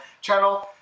channel